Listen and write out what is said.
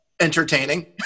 entertaining